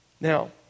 Now